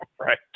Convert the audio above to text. right